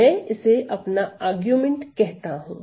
मैं इसे अपना अरगुमेंट कहता हूं